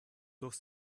durch